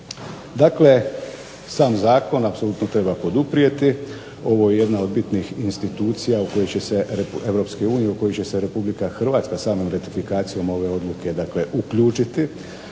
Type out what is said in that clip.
Dakle, sam zakon apsolutno treba poduprijeti. Ovo je jedna od bitnih institucija Europske unije u kojoj će se Republika Hrvatska samom ratifikacijom ove odluke, dakle uključiti